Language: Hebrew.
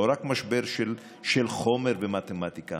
לא רק משבר של חומר במתמטיקה,